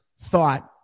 thought